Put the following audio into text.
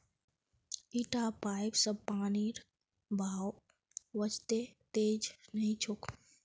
इटा पाइप स पानीर बहाव वत्ते तेज नइ छोक